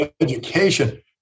Education